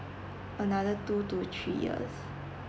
another two to three years